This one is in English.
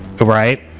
Right